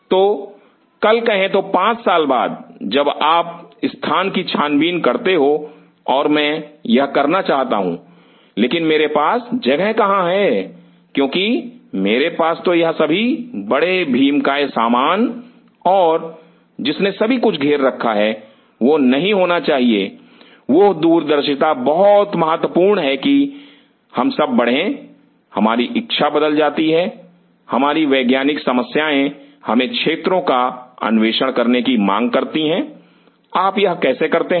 तो कल कहे तो 5 साल बाद जब आप स्थान की छानबीन करते हो और मैं यह करना चाहता हूं लेकिन मेरे पास जगह कहां है क्योंकि मेरे पास तो यह सभी बड़े भीमकाय सामान और जिसने सभी कुछ घेर रखा है वह नहीं होना चाहिए वह दूरदर्शिता बहुत महत्वपूर्ण है कि हम सब बढ़ें हमारी इच्छा बदल जाती है हमारी वैज्ञानिक समस्याएं हमें क्षेत्रों का अन्वेषण करने की मांग करती हैं आप यह कैसे करते हैं